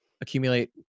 accumulate